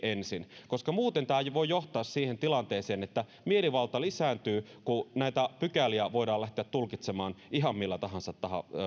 ensin koska muuten tämä voi johtaa siihen tilanteeseen että mielivalta lisääntyy kun näitä pykäliä voidaan lähteä tulkitsemaan ihan millä